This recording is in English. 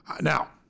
Now